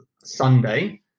Sunday